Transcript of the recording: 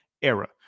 era